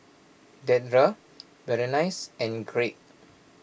Dedra Berenice and Craig